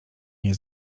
nie